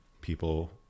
people